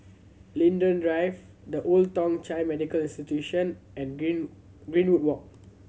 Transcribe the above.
Linden Drive The Old Thong Chai Medical Institution and Green Greenwood Walk